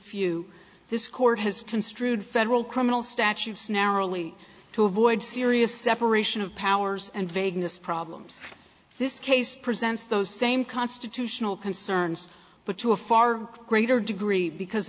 few this court has construed federal criminal statutes narrowly to avoid serious separation of powers and vagueness problems this case presents those same constitutional concerns but to a far greater degree because